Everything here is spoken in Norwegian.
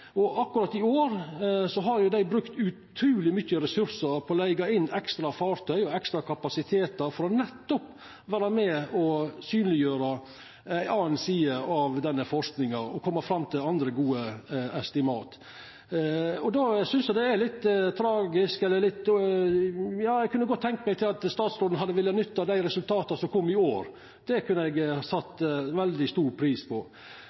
Og akkurat i år har dei brukt utruleg mykje ressursar på å leiga inn ekstra fartøy og ekstra kapasitetar for nettopp å vera med og synleggjera ei anna side av denne forskinga og koma fram til andre gode anslag. Da synest eg det er litt tragisk, for eg kunne godt tenkt meg at statsråden hadde villa nytta dei resultata som kom i år. Det hadde eg sett veldig stor pris på.